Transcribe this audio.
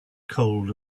cold